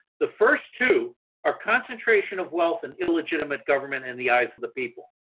the first two are concentration of wealth and illegitimate government in the eyes of the people.